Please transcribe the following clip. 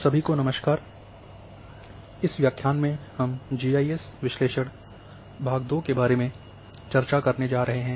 सभी को नमस्कार इस व्याख्यान में हम जी आई एस विश्लेषण भाग 2 के बारे में चर्चा करने जा रहे हैं